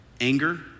anger